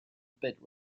pit